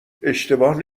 اشتباه